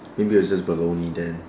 maybe it's just baloney then